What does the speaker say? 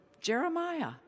Jeremiah